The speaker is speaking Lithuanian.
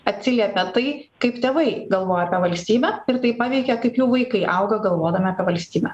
atsiliepia tai kaip tėvai galvoja apie valstybę ir tai paveikia kaip jų vaikai auga galvodami apie valstybę